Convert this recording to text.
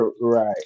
Right